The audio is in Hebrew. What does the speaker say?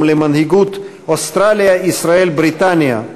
למנהיגות אוסטרליה ישראל בריטניה.